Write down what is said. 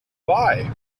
buy